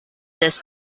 this